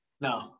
no